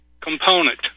component